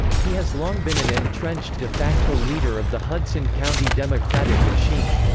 he has long been an entrenched de facto leader of the hudson county democratic machine.